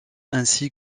ainsi